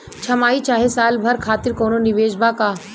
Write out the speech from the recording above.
छमाही चाहे साल भर खातिर कौनों निवेश बा का?